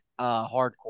hardcore